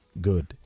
Good